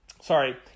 sorry